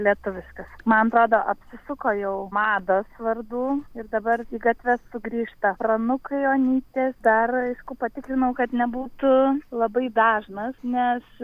lietuviškas man atrodo apsisuko jau mados vardų ir dabar į gatves sugrįžta pranukai onytės dar aišku patikrinau kad nebūtų labai dažnas nes